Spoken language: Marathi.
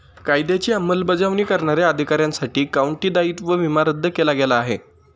कायद्याची अंमलबजावणी करणाऱ्या अधिकाऱ्यांसाठी काउंटी दायित्व विमा रद्द केला गेला आहे